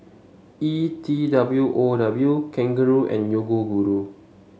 E T W O W Kangaroo and Yoguru